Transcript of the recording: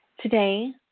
Today